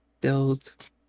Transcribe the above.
build